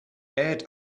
add